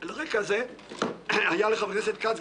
במקרים מסוימים יש לאפשר לחבר הכנסת להגשים את רצון הבוחר,